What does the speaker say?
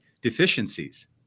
deficiencies